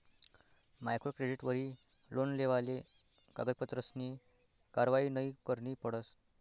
micro क्रेडिटवरी loan लेवाले कागदपत्रसनी कारवायी नयी करणी पडस